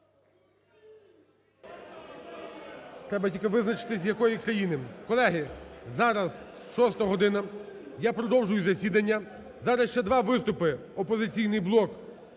Треба тільки визначитись, з якої країни. Колеги, зараз 6-а година, я продовжую засідання. Зараз ще два виступи "Опозиційний блок"